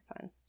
fun